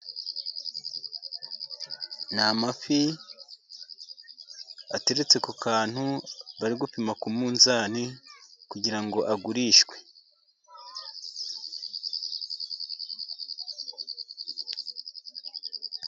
Ni amafi ateretse ku kantu, bari gupima ku munzani ,kugira ngo agurishwe.